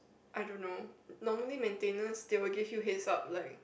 I don't know normally maintenance they will give you heads up like